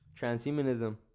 Transhumanism